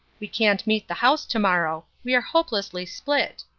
we can't meet the house to-morrow. we are hopelessly split.